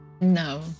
no